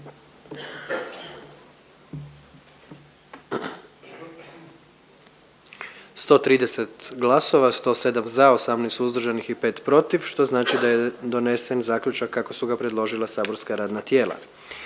glasovalo, 118 za, 11 suzdržanih pa je donesen zaključak kako su ga predložila saborska radna tijela.